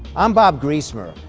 i'm bob griesmer,